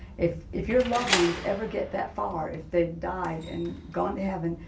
if if your loved ones ever get that far if they've died and gone to heaven.